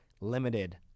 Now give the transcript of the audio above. limited